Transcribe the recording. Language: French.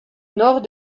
nord